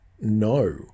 no